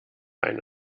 eine